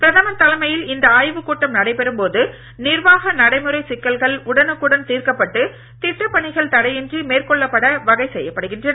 பிரதமர் தலைமையில் இந்த ஆய்வுக்கூட்டம் நடைபெறும் போது நிர்வாக நடைமுறைச் சிக்கல்கள் திட்டப்பணிகள் உடனுக்குடன் தீர்க்கப்பட்டு தடையின்றி மேற்கொள்ளப்பட வகை செய்யப்படுகின்றன